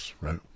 right